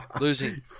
Losing